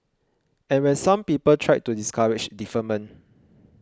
and when some people tried to discourage deferment